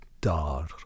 dar